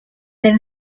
then